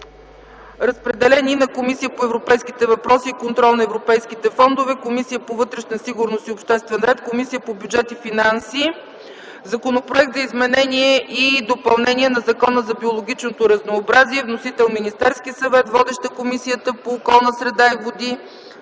Разпределен е и на Комисията по европейските въпроси и контрол на европейските фондове, Комисията по вътрешна сигурност и обществен ред и Комисията по бюджет и финанси. Законопроект за изменение и допълнение на Закона за биологичното разнообразие. Вносител – Министерският съвет. Водеща е Комисията по околната среда и водите.